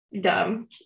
dumb